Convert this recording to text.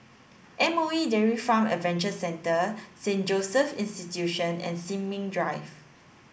M O E Dairy Farm Adventure Centre Saint Joseph's Institution and Sin Ming Drive